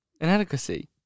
inadequacy